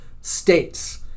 states